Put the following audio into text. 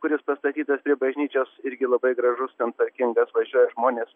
kuris pastatytas prie bažnyčios irgi labai gražus ten tvarkinga atvažiuoja žmonės